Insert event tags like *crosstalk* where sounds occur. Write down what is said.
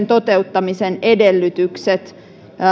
*unintelligible* toteuttamisen edellytykset